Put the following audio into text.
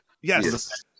Yes